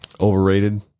Overrated